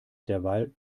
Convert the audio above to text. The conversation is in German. derweil